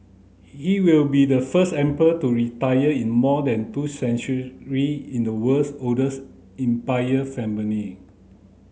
he will be the first emperor to retire in more than two in the world's oldest imperial family